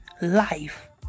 life